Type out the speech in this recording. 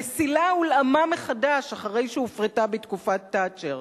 המסילה הולאמה מחדש אחרי שהופרטה בתקופת תאצ'ר.